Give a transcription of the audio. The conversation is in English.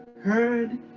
heard